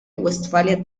westfalia